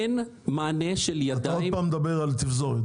אין מענה של ידיים -- אתה שוב מדבר על תפזורת,